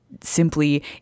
simply